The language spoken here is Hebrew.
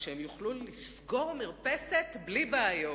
כשיוכלו לסגור מרפסת בלי בעיות.